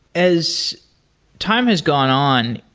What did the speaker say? as time has gone on,